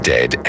Dead